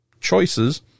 choices